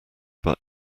but